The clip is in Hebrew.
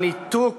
על הניתוק,